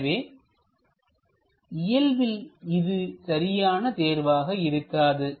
எனவே இயல்பின் இது சரியான தேர்வாக இருக்காது